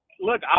look